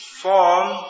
form